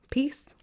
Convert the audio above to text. Peace